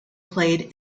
played